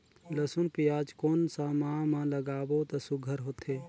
लसुन पियाज कोन सा माह म लागाबो त सुघ्घर होथे?